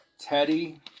Teddy